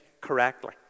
correctly